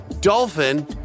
dolphin